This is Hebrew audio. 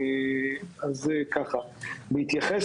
במידה וזה ייעשה